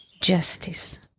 justice